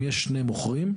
אם יש שני מוכרים,